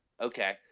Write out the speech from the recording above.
okay